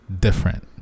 different